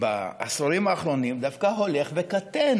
בעשורים האחרונים דווקא הולך וקטן,